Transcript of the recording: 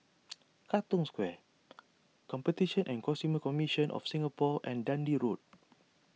Katong Square Competition and Consumer Commission of Singapore and Dundee Road